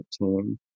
team